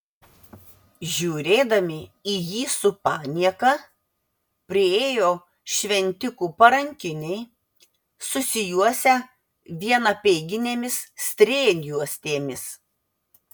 žiūrėdami į jį su panieka priėjo šventikų parankiniai susijuosę vien apeiginėmis strėnjuostėmis